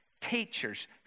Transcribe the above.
teachers